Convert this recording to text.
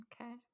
Okay